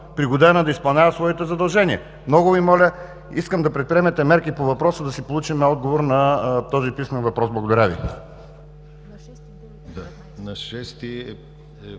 да изпълнява своите задължения. Много Ви моля да предприемете мерки по въпроса да получим отговор на този писмен въпрос. Благодаря Ви.